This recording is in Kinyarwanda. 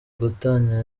gatanya